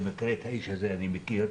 במקרה את האיש הזה אני מכיר,